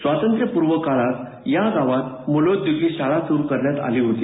स्वातंत्र्यपूर्व काळात या गावात मूलोद्योगी शाळा सुरू करण्यात आली होती